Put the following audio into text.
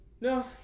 No